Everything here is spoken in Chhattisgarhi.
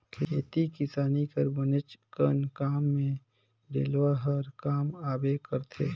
खेती किसानी कर बनेचकन काम मे डेलवा हर काम आबे करथे